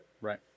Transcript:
Right